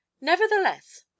Nevertheless